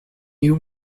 you